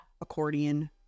accordion